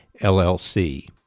LLC